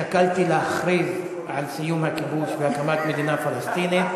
שקלתי להכריז על סיום הכיבוש והקמת מדינה פלסטינית.